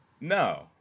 No